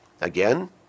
Again